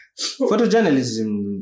Photojournalism